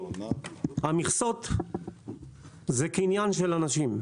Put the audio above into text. המכסות זה קניין של אנשים,